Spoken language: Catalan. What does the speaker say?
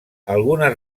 algunes